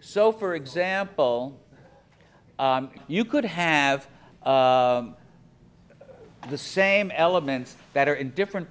so for example you could have the same elements that are in different